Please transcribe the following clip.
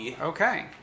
Okay